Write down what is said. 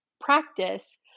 practice